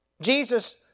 Jesus